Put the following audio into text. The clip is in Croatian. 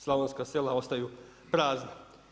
Slavonska sela ostaju prazna.